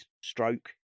stroke